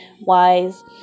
wise